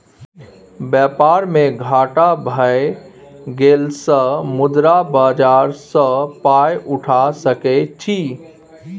बेपार मे घाटा भए गेलासँ मुद्रा बाजार सँ पाय उठा सकय छी